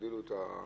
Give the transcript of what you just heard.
תגדילו את הקנסות.